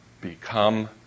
become